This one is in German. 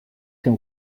dem